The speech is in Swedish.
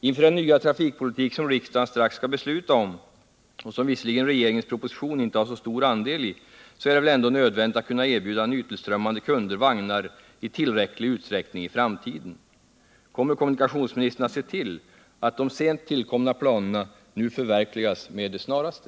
Inför den nya trafikpolitik som riksdagen snart skall besluta om — en politik som regeringens proposition inte har så stor andel i — så är det väl ändå nödvändigt att i framtiden kunna erbjuda nytillströmmande kunder vagnar i tillräcklig utsträckning. Kommer kommunikationsministern att se till att de sent tillkomna planerna nu förverkligas med det snaraste?